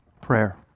Prayer